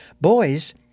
Boys